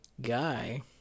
Guy